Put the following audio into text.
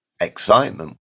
excitement